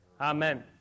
Amen